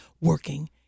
working